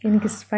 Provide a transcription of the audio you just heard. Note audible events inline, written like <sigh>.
<breath>